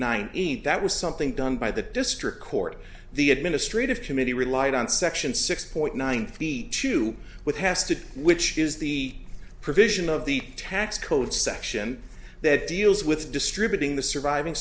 eight that was something done by the district court the administrative committee relied on section six point nine three chew with has to which is the provision of the tax code section that deals with distributing the surviving